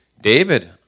David